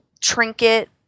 trinket